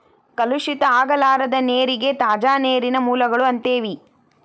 ಕಲುಷಿತ ಆಗಲಾರದ ನೇರಿಗೆ ತಾಜಾ ನೇರಿನ ಮೂಲಗಳು ಅಂತೆವಿ